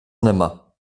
nimmer